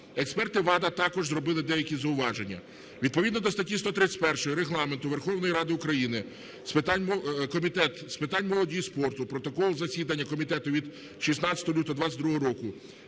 Експерти ВАДА також зробили деякі зауваження. Відповідно до статті 131 Регламенту Верховної Ради України Комітет з питань молоді і спорту (протокол засідання комітету від 16 лютого 2022 року)